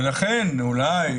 לכן אולי